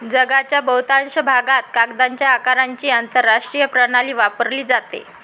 जगाच्या बहुतांश भागात कागदांच्या आकारांची आंतरराष्ट्रीय प्रणाली वापरली जाते